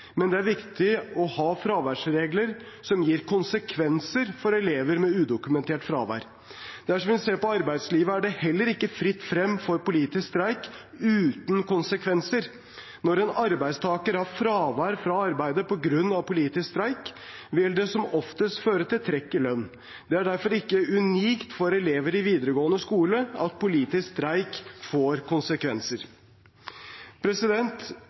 men det er viktig å ha fraværsregler som gir konsekvenser for elever med udokumentert fravær. Dersom vi ser på arbeidslivet, er det heller ikke fritt frem for politisk streik uten konsekvenser. Når en arbeidstaker har fravær fra arbeidet på grunn av politisk streik, vil det som oftest føre til trekk i lønn. Det er derfor ikke unikt for elever i videregående skole at politisk streik får konsekvenser.